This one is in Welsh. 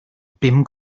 bum